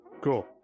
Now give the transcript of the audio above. Cool